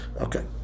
Okay